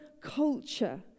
culture